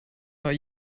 are